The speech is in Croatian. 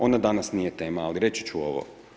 Onda danas nije tema, ali reći ću ovo.